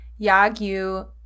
Yagyu